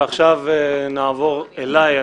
ועכשיו נעבור אליי.